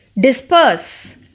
disperse